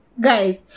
Guys